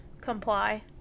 comply